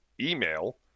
Email